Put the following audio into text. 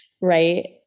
Right